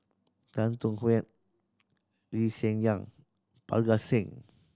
Tan Thuan Heng Lee Hsien Yang Parga Singh